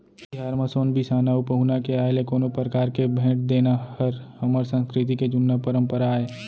तिहार म सोन बिसाना अउ पहुना के आय ले कोनो परकार के भेंट देना हर हमर संस्कृति के जुन्ना परपंरा आय